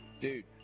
Dude